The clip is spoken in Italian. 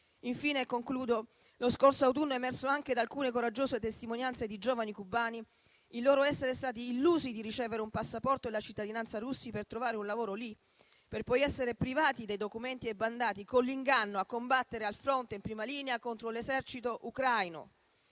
Infine, lo scorso autunno è emerso anche da alcune coraggiose testimonianze di giovani cubani il loro essere stati illusi di ricevere un passaporto e la cittadinanza russi per trovare un lavoro lì, per poi essere privati dei documenti e mandati con l'inganno a combattere al fronte in prima linea contro l'esercito ucraino.